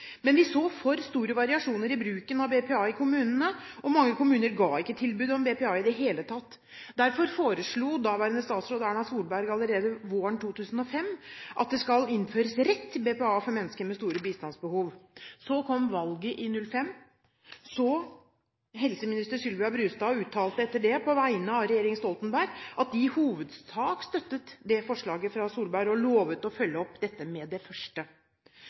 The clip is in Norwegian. Men vi så for store variasjoner i bruken av BPA i kommunene, og mange kommuner ga ikke tilbud om BPA i det hele tatt. Derfor foreslo daværende statsråd Erna Solberg allerede våren 2005 at det skulle innføres rett til BPA for mennesker med store bistandsbehov. Så kom valget i 2005. Helseminister Sylvia Brustad uttalte etter det, på vegne av regjeringen Stoltenberg, at de i hovedsak støttet forslaget fra Solberg og lovet å følge opp dette med det første.